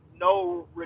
no